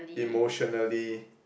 emotionally